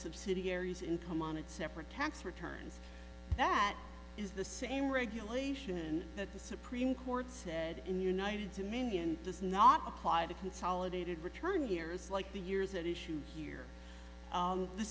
subsidiaries income on its separate tax returns that is the same regulation that the supreme court said in united two million does not apply to consolidated return years like the years at issue here